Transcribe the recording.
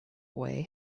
way